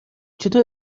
چطور